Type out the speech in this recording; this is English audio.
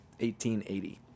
1880